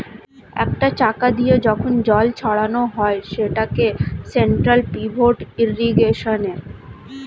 একটা চাকা দিয়ে যখন জল ছড়ানো হয় সেটাকে সেন্ট্রাল পিভট ইর্রিগেশনে